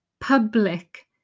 public